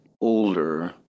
older